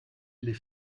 les